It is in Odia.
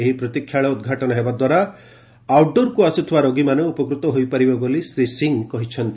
ଏହି ପ୍ରତୀକ୍ଷାଳୟ ଉଦ୍ଘାଟନ ହେବାଦ୍ୱାରା ଆଉଟ୍ ଡୋରକୁ ଆସୁଥିବା ରୋଗୀମାନେ ଉପକୃତ ହୋଇପାରିବେ ବୋଳି ଶ୍ରୀ ସିଂହ କହିଛନ୍ତି